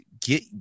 get